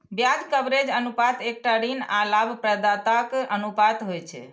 ब्याज कवरेज अनुपात एकटा ऋण आ लाभप्रदताक अनुपात होइ छै